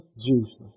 Jesus